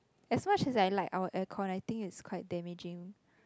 as much as I like our aircon I think it's quite damaging